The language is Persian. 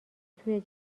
توی